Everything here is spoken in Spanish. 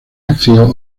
ácido